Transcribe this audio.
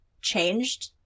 changed-